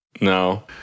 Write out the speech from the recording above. no